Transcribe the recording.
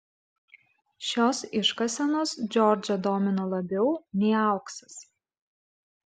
šios iškasenos džordžą domino labiau nei auksas